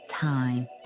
time